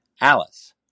Alice